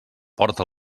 porta